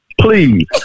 Please